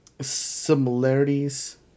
similarities